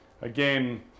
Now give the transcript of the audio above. again